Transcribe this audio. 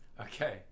Okay